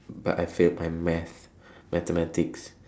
but I failed my maths mathematics